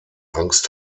angst